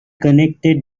connected